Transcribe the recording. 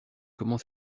comment